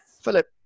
Philip